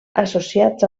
associats